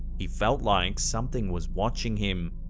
he felt like something was watching him.